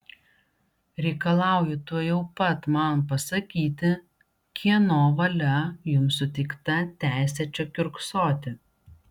reikalauju tuojau pat man pasakyti kieno valia jums suteikta teisė čia kiurksoti